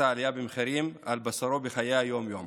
העלייה במחירים על בשרו בחיי היום-יום.